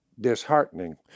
disheartening